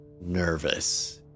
nervous